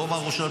נכון, יפה אמרת.